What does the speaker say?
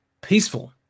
peaceful